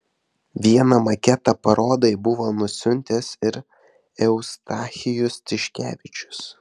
vieną maketą parodai buvo nusiuntęs ir eustachijus tiškevičius